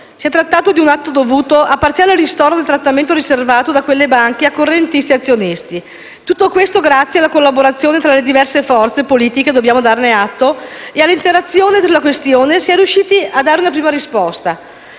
Si è trattato di un atto dovuto, a parziale ristoro del trattamento riservato da quelle banche a correntisti e azionisti. Grazie alla collaborazione tra le diverse forze politiche - dobbiamo darne atto - e all'interazione sulla questione si è riusciti a dare una prima risposta.